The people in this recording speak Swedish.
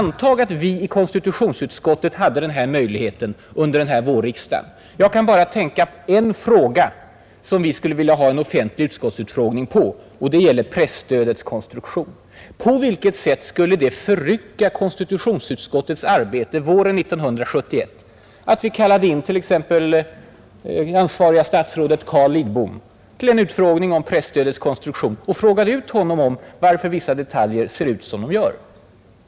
Antag att vi i konstitutionsutskottet hade möjlighet till offentliga utfrågningar under denna vårriksdag! Jag kan bara tänka en fråga som vi skulle vilja ha en offentlig utskottsutfrågning på. Det gäller presstödets konstruktion. På vilket sätt skulle det förrycka konstitutionsutskottets arbete våren 1971, om vi kallade in t.ex. ansvariga statsrådet Carl Lidbom till en utfrågning om presstödets konstruktion och frågade ut honom om varför förslaget ser ut som det gör?